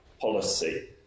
policy